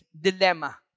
dilemma